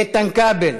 איתן כבל,